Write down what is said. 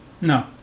No